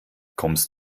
kommst